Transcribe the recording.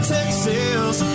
Texas